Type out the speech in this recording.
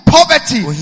Poverty